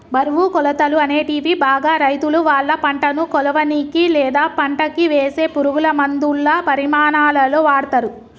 బరువు, కొలతలు, అనేటివి బాగా రైతులువాళ్ళ పంటను కొలవనీకి, లేదా పంటకివేసే పురుగులమందుల పరిమాణాలలో వాడతరు